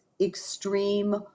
extreme